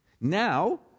Now